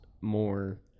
more